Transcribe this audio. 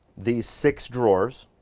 these six drawers.